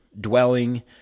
dwelling